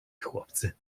chłopcy